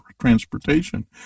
transportation